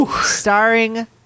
starring